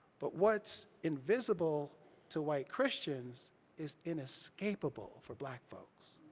but what's invisible to white christians is inescapable for black folks.